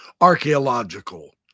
archaeological